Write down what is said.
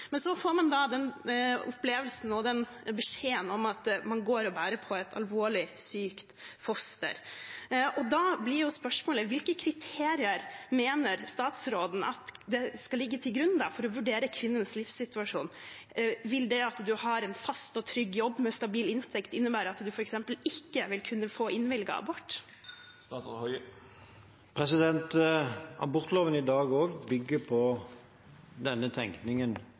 Men så får man da den opplevelsen og den beskjeden om at man går og bærer på et alvorlig sykt foster. Da blir spørsmålet: Hvilke kriterier mener statsråden skal ligge grunn for å vurdere kvinnens livssituasjon? Vil f.eks. det at man har en fast og trygg jobb med stabil inntekt innebære at man ikke vil kunne få innvilget abort? Abortloven – også i dag – bygger på